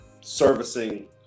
servicing